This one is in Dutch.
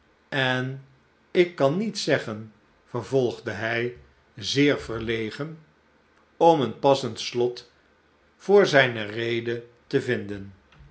en ik kan niet zeggen vervolgde hij zeer verlegen om een passend slot voor zijne rede te vindcn